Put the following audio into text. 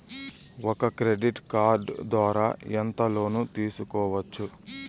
ఒక credit card ద్వారా ఎంత లోను తీసుకోవచ్చు?